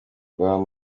kwa